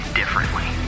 differently